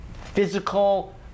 physical